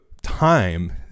time